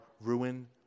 ruin